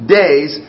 days